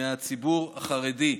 מהציבור החרדי.